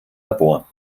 labor